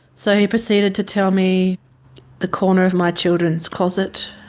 so he proceeded to tell me the corner of my children's closet,